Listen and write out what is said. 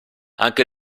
anche